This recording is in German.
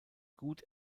gut